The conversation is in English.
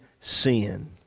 sin